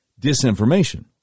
disinformation